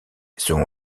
son